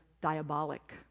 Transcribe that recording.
diabolic